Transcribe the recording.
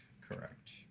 Correct